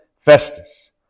Festus